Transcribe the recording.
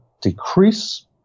decrease